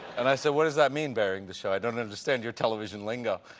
and i said, what does that mean burring the show? i don't understand your television lingo.